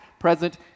present